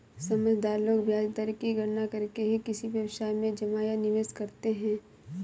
समझदार लोग ब्याज दर की गणना करके ही किसी व्यवसाय में जमा या निवेश करते हैं